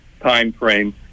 timeframe